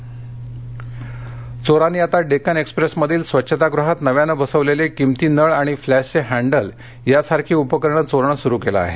चोरी चोरांनी आता डेक्कन एक्सप्रेसमधील स्वछता गृहात नव्यानं बसवलेले किमती नळ आणि फ्लशचे हॅण्डल यासारखी उपकरणे चोरणे सुरु केले आहे